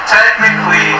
Technically